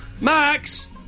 Max